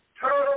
turtle